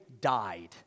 died